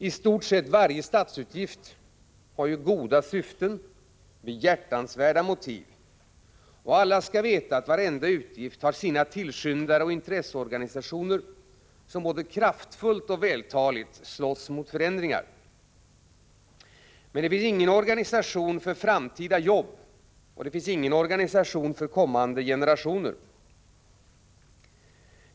I stort sett varje statsutgift har ju goda syften och behjärtansvärda motiv. Och alla skall veta att varenda utgift har sina tillskyndare och intresseorganisationer som både kraftfullt och vältaligt slåss mot förändringar. Men det finns ingen organisa tion för framtida jobb, och det finns ingen organisation för kommande generationer.